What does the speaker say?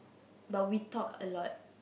but we talk a lot